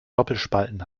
doppelspalten